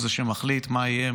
הוא זה שמחליט מה יהיה,